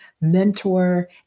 mentor